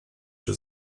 czy